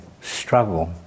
struggle